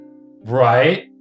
Right